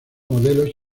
modelo